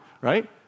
Right